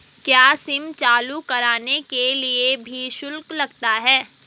क्या सिम चालू कराने के लिए भी शुल्क लगता है?